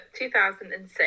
2006